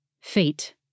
Fate